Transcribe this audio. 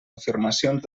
afirmacions